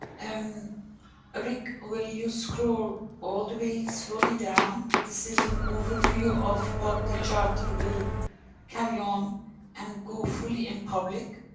rick will you scroll all the way slowly down? this is an overview of what the charter will carry on, and go fully in public.